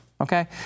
okay